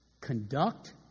Conduct